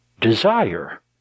desire